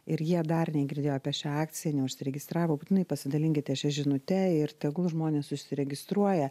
ir jie dar negirdėjo apie šią akciją neužsiregistravo būtinai pasidalinkite šia žinute ir tegul žmonės užsiregistruoja